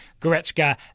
Goretzka